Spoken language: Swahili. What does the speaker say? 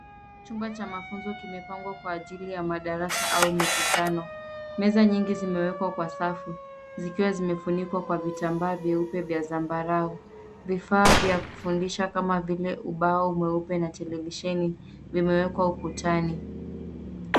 Chumba cha mafunzo kimepangwa kwa ajili ya madarasa au mikutano. Meza nyingi zimewekwa kwa safu zikiwa zimefunikwa kwa vitambaa vyeupe vya zambarau. Vifaa vya kufundisha kama vile ubao mweupe na televisheni vimewekwa ukutani.